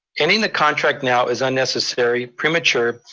ending the contract now is unnecessary, premature,